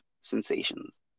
sensations